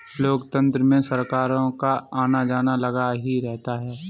लोकतंत्र में सरकारों का आना जाना लगा ही रहता है